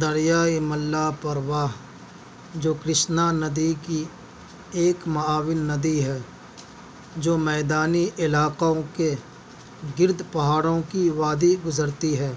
دریائے ملاپربھا جو کرشنا ندی کی ایک معاون ندی ہے جو میدانی علاقوں کے گِرد پہاڑوں کی وادی گزرتی ہے